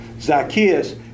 Zacchaeus